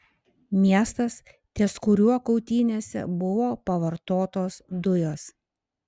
miestas ties kuriuo kautynėse buvo pavartotos dujos